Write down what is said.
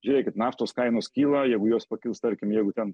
žiūrėkit naftos kainos kyla jeigu jos pakils tarkim jeigu ten